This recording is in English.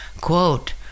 quote